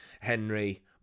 Henry